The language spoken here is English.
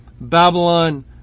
Babylon